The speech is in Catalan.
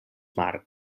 march